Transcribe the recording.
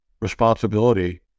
responsibility